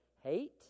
hate